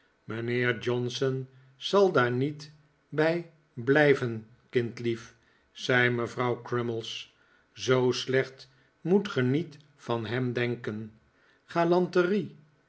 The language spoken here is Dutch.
mijnheer johnson zal daar niet bij blijven kindlier zei mevrouw crummies zoo slecht moet ge niet van hem denken galanterie